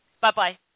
Bye-bye